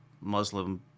Muslim